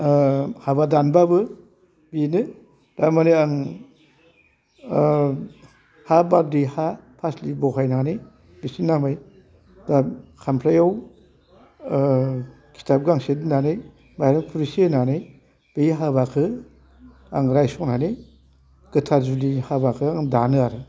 हाबा दानबाबो बेनो थारमाने आं हा बादै हा फास्लि बहायनानै बिसोरनि नामै दा खामफ्लायाव खिथाब गांसे दोननानै माइरं खुरैसे होनानै बै हाबाखौ आं रायसनानै गोथार जुलि हाबाखौ आं दानो आरो